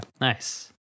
nice